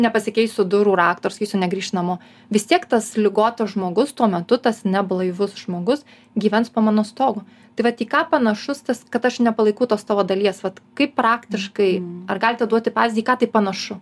nepasikeisiu durų rakto ir sakysiu negrįšk namo vis tiek tas ligotas žmogus tuo metu tas neblaivus žmogus gyvens po mano stogu tai vat į ką panašus tas kad aš nepalaikau tos tavo dalies vat kaip praktiškai ar galite duoti pavyzdį į ką tai panašu